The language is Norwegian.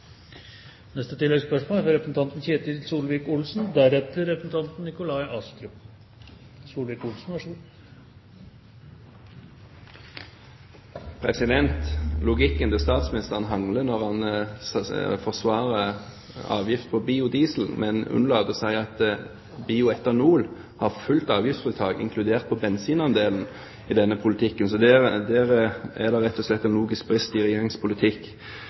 Ketil Solvik-Olsen – til oppfølgingsspørsmål. Logikken til statsministeren hangler når han forsvarer avgift på biodiesel, men unnlater å si at bioetanol har fullt avgiftsfritak, inkludert på bensinandelen, med denne politikken. Der er det rett og slett en logisk brist i Regjeringens politikk.